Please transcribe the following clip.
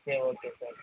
சரி okay sir